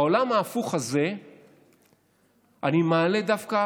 בעולם ההפוך הזה אני מעלה דווקא